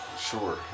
Sure